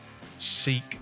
seek